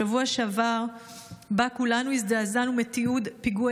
בשבוע שעבר כולנו הזדעזענו מתיעוד פיגוע